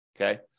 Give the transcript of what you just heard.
okay